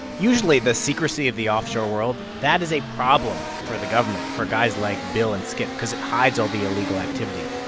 usually, the secrecy of the offshore world, that is a problem for the government for guys like bill and skip because it hides all the illegal activity.